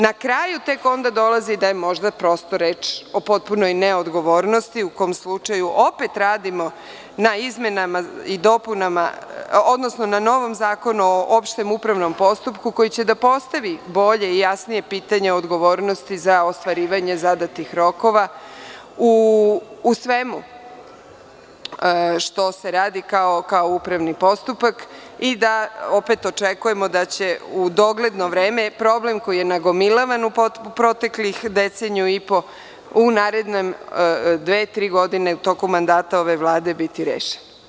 Na kraju tek onda dolazi da je možda prosto reč o potpunoj neodgovornosti, u kom slučaju opet radimo na izmenama i dopunama, odnosno na novom zakonu o opštem upravnom postupku koji će da postavi bolje i jasnije pitanje odgovornosti za ostvarivanje zadatih rokova u svemu što se radi kao upravni postupak i da očekujemo da će u dogledno vreme problem koji je nagomilavan u proteklih deceniju i po, u naredne dve ili tri godine u toku ovog mandata ove Vlade biti rešen.